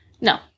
No